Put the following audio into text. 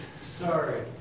Sorry